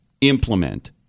implement